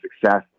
success